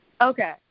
okay